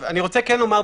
אני רוצה לומר,